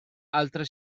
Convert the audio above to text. altre